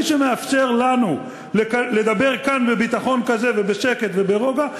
מי שמאפשר לנו לדבר כאן בביטחון כזה ובשקט וברוגע,